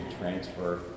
transfer